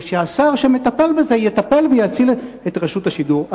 שהשר שמטפל בזה יטפל ויציל את רשות השידור.